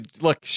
Look